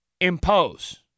impose